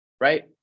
right